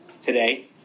today